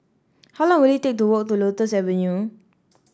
how long will it take to walk to Lotus Avenue